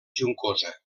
juncosa